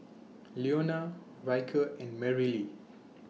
Leona Ryker and Marylee